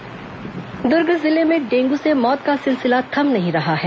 dengue मौत दुर्ग जिले में डेंगू से मौत का सिलसिला थम नहीं रहा है